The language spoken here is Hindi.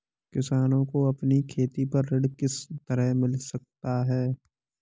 किसानों को अपनी खेती पर ऋण किस तरह मिल सकता है?